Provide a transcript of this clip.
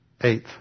Eighth